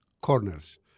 corners